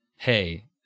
Hey